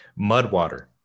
Mudwater